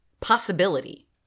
possibility